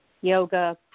yoga